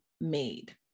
made